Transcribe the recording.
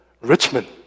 Richmond